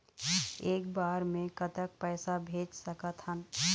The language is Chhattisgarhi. एक बार मे कतक पैसा भेज सकत हन?